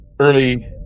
early